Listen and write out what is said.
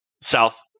South